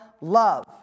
love